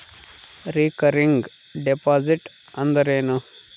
Recurring deposit ಅಂದರೇನು?